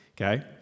okay